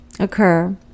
occur